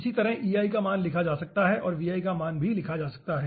इसी तरह Ei का मान लिखा जा सकता है और Vi का मान भी लिखा जा सकता है